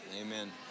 Amen